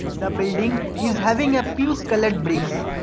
the building is having a puce colored bricks,